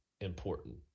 important